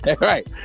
right